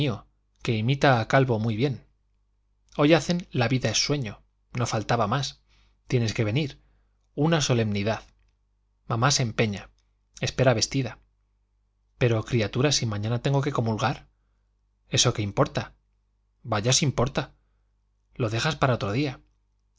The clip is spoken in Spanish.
que imita a calvo muy bien hoy hacen la vida es sueño no faltaba más tienes que venir una solemnidad mamá se empeña espera vestida pero criatura si mañana tengo que comulgar eso qué importa vaya si importa lo dejas para otro día